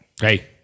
Hey